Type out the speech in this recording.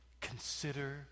Consider